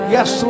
Yes